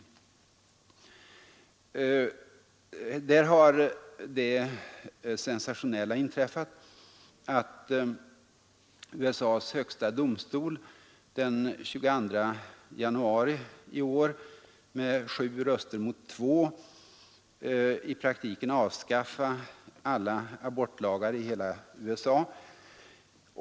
På detta område har det sensationella inträffat att USA:s högsta domstol den 22 januari i år med 7 röster mot 2 i praktiken avskaffat alla abortlagar i hela USA.